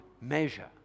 measure